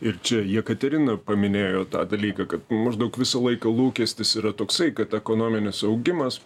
ir čia jekaterina paminėjo tą dalyką kad maždaug visą laiką lūkestis yra toksai kad ekonominis augimas